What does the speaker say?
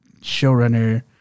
showrunner